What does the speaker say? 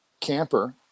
camper